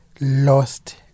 lost